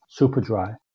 Superdry